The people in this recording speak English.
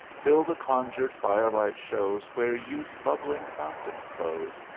till the conjured fire-light shows where youth's bubbling fountain flows,